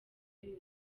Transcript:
yuzuye